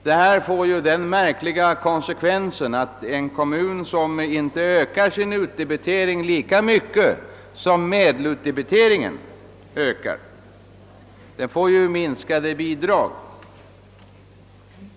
Detta får den märkliga konsekvensen att en kommun, som inte ökar sin utdebitering lika mycket som medelutdebiteringen, får minskat bidrag.